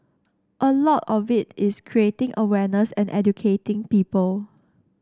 a lot of it is creating awareness and educating people